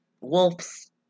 wolves